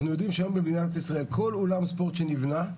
אנחנו יודעים שהיום במדינת ישראל כל אולם ספורט שנבנה,